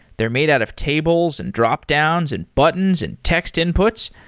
they're made out of tables, and dropdowns, and buttons, and text inputs.